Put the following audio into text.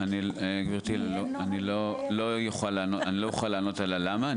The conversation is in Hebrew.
גבירתי, אני לא אוכל לענות על הלמה.